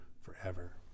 forever